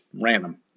random